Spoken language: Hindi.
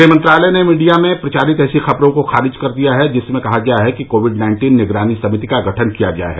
गृह मंत्रालय ने मीडिया में प्रचारित ऐसी खबरों को खारिज कर दिया है जिनमें कहा गया था कि कोविड नाइन्टीन निगरानी समिति का गठन किया गया है